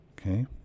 Okay